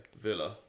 Villa